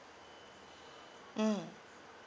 mm